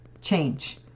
change